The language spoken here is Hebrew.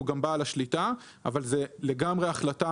בחלק מהמקרים,